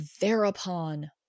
Thereupon